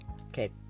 Okay